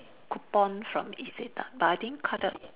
coupon from Isetan but I think